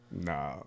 Nah